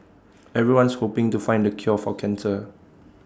everyone's hoping to find the cure for cancer